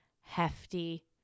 hefty